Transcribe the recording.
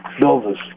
builders